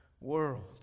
world